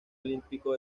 olímpico